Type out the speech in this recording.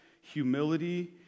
humility